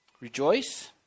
Rejoice